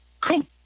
Cool